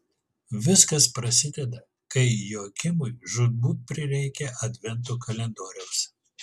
viskas prasideda kai joakimui žūtbūt prireikia advento kalendoriaus